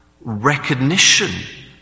recognition